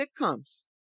sitcoms